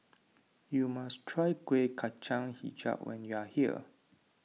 you must try Kueh Kacang HiJau when you are here